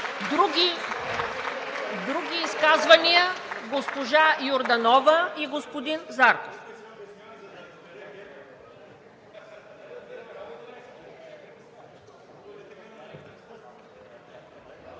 Други изказвания? Госпожа Йорданова и господин Зарков.